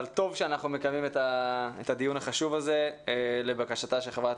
אבל טוב שאנחנו מקיימים את הדיון החשוב הזה לבקשתה של חברת